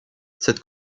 cette